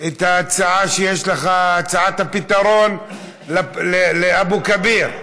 את ההצעה שיש לך, הצעת הפתרון לאבו כביר.